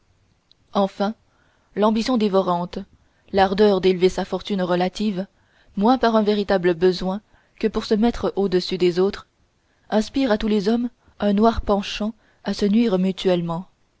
enfin l'ambition dévorante l'ardeur d'élever sa fortune relative moins par un véritable besoin que pour se mettre au-dessus des autres inspire à tous les hommes un noir penchant à se nuire mutuellement